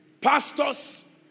Pastors